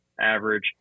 average